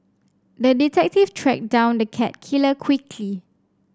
the detective tracked down the cat killer quickly